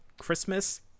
Christmas